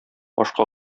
ашка